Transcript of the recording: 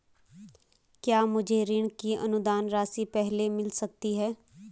क्या मुझे ऋण की अनुदान राशि पहले मिल सकती है?